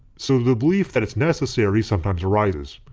so the belief that its necessary sometimes arises.